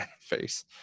face